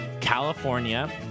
California